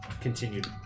continued